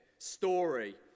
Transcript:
story